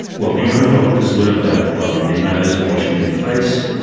well, the young doctors learn about blowing their nose, washing their face,